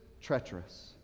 treacherous